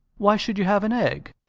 why should you have an egg?